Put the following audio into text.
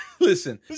Listen